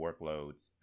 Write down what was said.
workloads